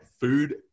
food